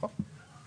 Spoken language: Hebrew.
נכון.